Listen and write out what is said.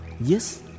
yes